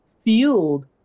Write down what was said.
fueled